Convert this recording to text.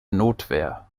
notwehr